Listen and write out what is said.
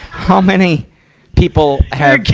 how many people have,